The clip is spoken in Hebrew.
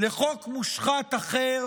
לחוק מושחת אחר